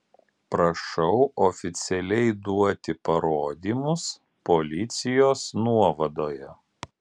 prašau oficialiai duoti parodymus policijos nuovadoje